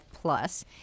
plus